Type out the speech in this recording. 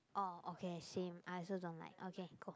oh okay same I also don't like okay cool